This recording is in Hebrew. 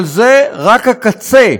אבל זה רק הקצה,